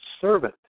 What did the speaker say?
servant